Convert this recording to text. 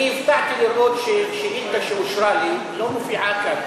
אני הופתעתי לראות ששאילתה שאושרה לי לא מופיעה כאן,